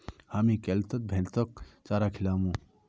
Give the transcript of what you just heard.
हामी कैल स भैंसक चारा खिलामू